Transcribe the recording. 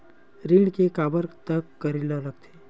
ऋण के काबर तक करेला लगथे?